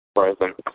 Present